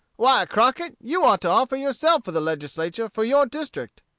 why, crockett, you ought to offer yourself for the legislature for your district.